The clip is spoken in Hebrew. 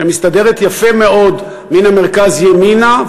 שמסתדרת יפה מאוד מן המרכז ימינה,